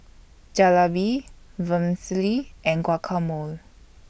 Jalebi Vermicelli and Guacamole